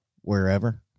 wherever